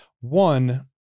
One